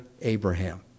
Abraham